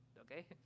Okay